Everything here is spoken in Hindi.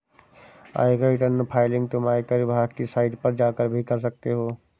आयकर रिटर्न फाइलिंग तुम आयकर विभाग की साइट पर जाकर भी कर सकते हो